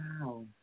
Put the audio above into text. Wow